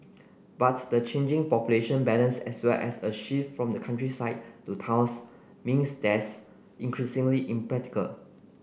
but the changing population balance as well as a shift from the countryside to towns means that's increasingly impractical